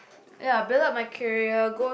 ya build up my career go